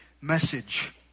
message